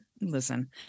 listen